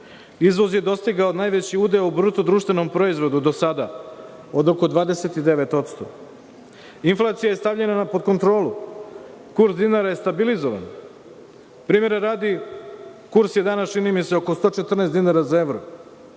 Izvoz je dostigao najveći udeo u bruto društvenom proizvodu do sada, odo oko 29%. Inflacija je stavljena pod kontrolu, kurs dinara je stabilizovan. Primera radi, kurs je danas, čini mi se, oko 114 dinara za evro,